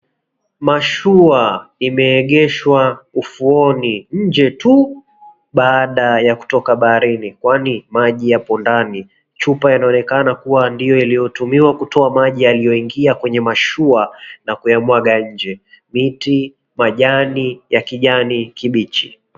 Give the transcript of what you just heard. Mashua imeegeshwa ufuoni nje tu, baada ya kutoka baharini, kwani maji yapo ndani. Chupa inaonekana kuwa ndio iliyotumiwa kutoa maji yaliyoingia kwenye mashua na kuyamwaga nje. Miti, majani ya kijani kibichi.